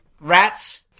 rat's